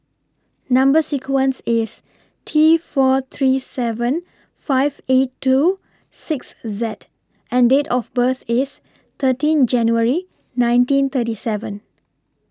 Number sequence IS T four three seven five eight two six Z and Date of birth IS thirteen January nineteen thirty seven